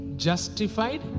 Justified